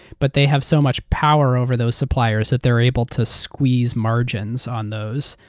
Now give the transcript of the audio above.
but they have so much power over those suppliers that they're able to squeeze margins on those,